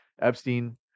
Epstein